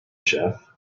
chief